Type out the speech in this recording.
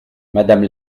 madame